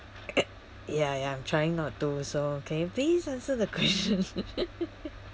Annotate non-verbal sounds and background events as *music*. *laughs* ya ya I'm trying not to so can you please answer the question *laughs*